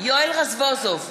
יואל רזבוזוב,